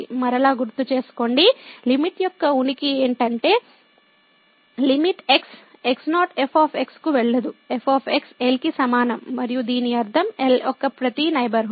మరలా గుర్తుచేసుకోండి లిమిట్ యొక్క ఉనికి ఏంటంటే లిమిట్ x x0 f కు వెళ్ళదు f L కి సమానం మరియు దీని అర్థం L యొక్క ప్రతి నైబర్హుడ్